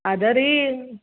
ಅದೇ ರೀ